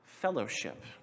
Fellowship